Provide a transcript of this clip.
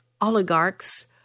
oligarchs